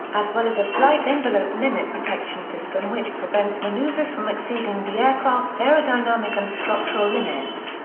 as well as a flight envelope limit protection system which prevents manoeuvres from exceeding the aircraft's aerodynamic and structural limits.